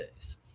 days